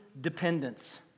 dependence